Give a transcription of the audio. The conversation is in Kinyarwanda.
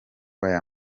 aya